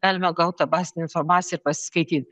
galime gaut tą bazinę informaciją pasiskaityt